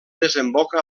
desemboca